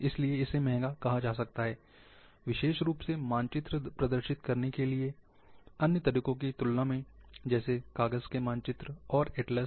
इसलिए इसे महंगा कहा जा सकता है विशेष रूप मानचित्र प्रदर्शित करने के अन्य तरीकों की तुलना में जैसे कागज के मानचित्र और एटलस